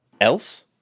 Else